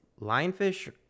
lionfish